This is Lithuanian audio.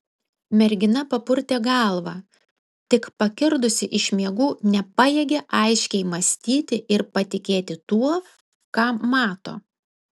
mergina papurtė galvą tik pakirdusi iš miegų nepajėgė aiškiai mąstyti ir patikėti tuo ką mato